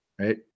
right